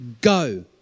Go